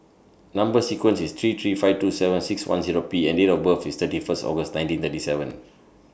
Number sequence IS three three five two seven six one Zero P and Date of birth IS thirty First August nineteen thirty seven